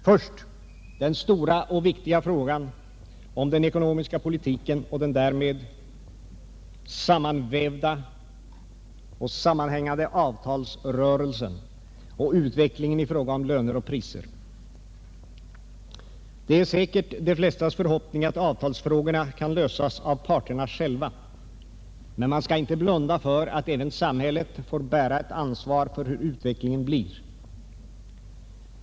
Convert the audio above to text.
Först den stora och viktiga frågan om den ekonomiska politiken och den därmed sammanvävda avtalsrörelsen samt utvecklingen i fråga om löner och priser. Det är säkert de flestas förhoppning att avtalsfrågorna skall kunna lösas av parterna själva, men man skall inte blunda för att samhället får vara med om att bära ansvaret för utvecklingen.